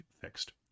fixed